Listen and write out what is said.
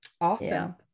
awesome